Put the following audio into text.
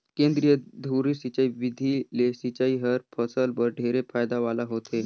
केंद्रीय धुरी सिंचई बिधि ले सिंचई हर फसल बर ढेरे फायदा वाला होथे